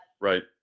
right